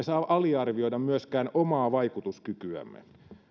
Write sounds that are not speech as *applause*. *unintelligible* saa aliarvioida myöskään omaa vaikutuskykyämme